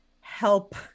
help